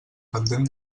pendent